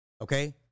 Okay